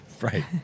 Right